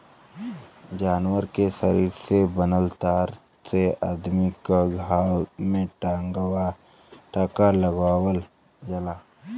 जानवर के शरीर से बनल तार से अदमी क घाव में टांका लगावल जाला